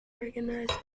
recognised